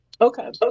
okay